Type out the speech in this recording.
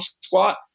squat